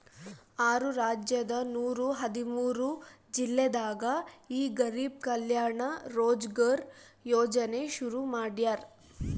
ಆರು ರಾಜ್ಯದ ನೂರ ಹದಿಮೂರು ಜಿಲ್ಲೆದಾಗ ಈ ಗರಿಬ್ ಕಲ್ಯಾಣ ರೋಜ್ಗರ್ ಯೋಜನೆ ಶುರು ಮಾಡ್ಯಾರ್